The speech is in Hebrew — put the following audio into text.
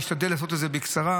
אשתדל לעשות את זה בקצרה,